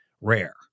rare